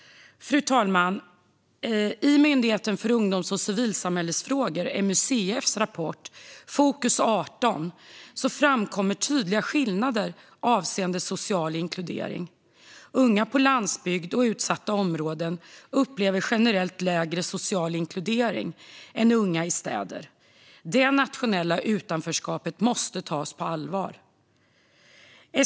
Fru talman! I rapporten Fokus 18 från Myndigheten för ungdoms och civilsamhällesfrågor, MUCF, framkommer tydliga skillnader avseende social inkludering. Unga på landsbygd och i utsatta områden upplever generellt lägre social inkludering än unga i städer. Detta nationella utanförskap måste tas på allvar.